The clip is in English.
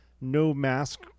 no-mask